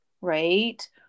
right